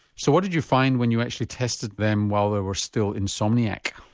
so what did you find when you actually tested them while they were still insomniac?